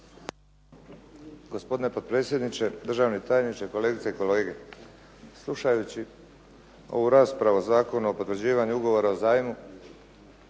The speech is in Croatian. Hvala vam